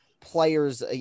players